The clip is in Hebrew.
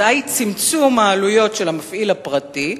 התוצאה היא צמצום העלויות של המפעיל הפרטי.